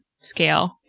scale